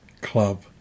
club